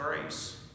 grace